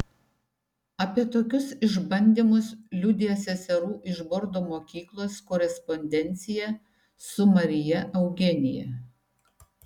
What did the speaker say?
apie tokius išbandymus liudija seserų iš bordo mokyklos korespondencija su marija eugenija